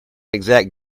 exact